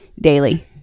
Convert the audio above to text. daily